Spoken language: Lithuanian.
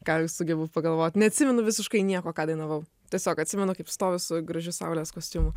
ką jau sugebu pagalvot neatsimenu visiškai nieko ką dainavau tiesiog atsimenu kaip stoviu su gražiu saulės kostiumu